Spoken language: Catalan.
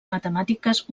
matemàtiques